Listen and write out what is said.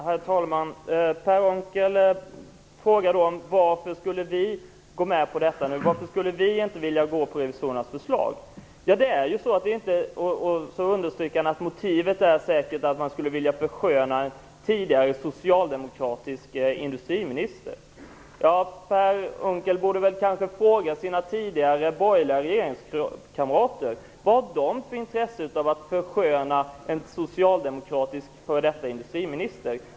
Herr talman! Per Unckel frågade varför vi inte skulle kunna gå med på ett sådant förslag, och han trodde att motivet skulle vara att vi ville försköna en socialdemokratisk tidigare industriminister. Per Unckel borde fråga sina tidigare borgerliga regeringskamrater vad de har för intresse av att försköna en socialdemokratisk före detta industriminister.